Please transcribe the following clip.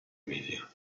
emilia